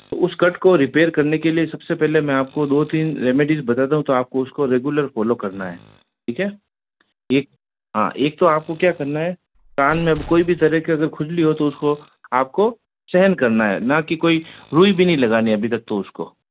तो उस कट को रिपेयर करने के लिए सब से पहले मैं आप को दो तीन रेमेडीज़ बताता हूँ तो आप को उसको रेगुलर फॉलो करना है ठीक है एक हाँ एक तो आप को क्या करना है कान में कोई भी तरह की अगर खुजली हो तो उसको आप को सहन करना है ना कि कोई रुई भी नहीं लगानी है अभी तक तो उसको